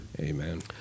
Amen